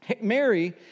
Mary